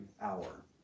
hour